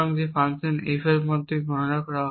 এবং এই function F এর সাথে গণনা করা হয়